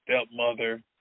stepmother